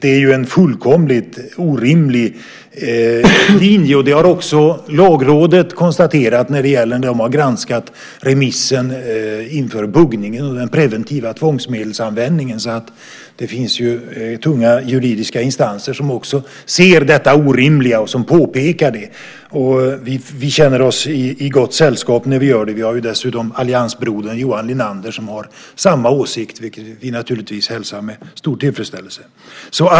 Det är en fullkomligt orimlig linje. Det har också Lagrådet konstaterat när det gäller det de har granskat, remissen inför buggningen och den preventiva tvångsmedelsanvändningen. Det finns ju tunga juridiska instanser som också ser detta orimliga och som påpekar det. Vi känner oss i gott sällskap när vi gör det. Dessutom har alliansbrodern Johan Linander samma åsikt, vilket vi naturligtvis hälsar med stor tillfredsställelse.